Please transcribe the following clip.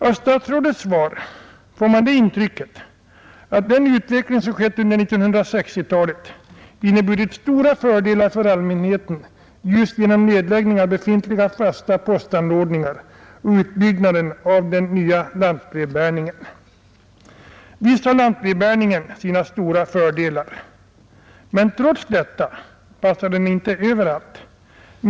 Av statsrådets svar får man det intrycket att den utveckling som skett under 1960-talet — med nedläggning av befintliga fasta postanordningar och utbyggnad av den nya lantbrevbäringen — inneburit stora fördelar för allmänheten. Visst har lantbrevbäringen sina stora fördelar. Men trots detta passar den inte överallt.